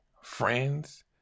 friends